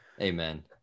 Amen